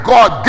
God